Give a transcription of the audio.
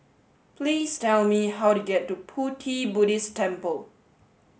please tell me how to get to Pu Ti Buddhist Temple